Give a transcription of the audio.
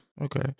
okay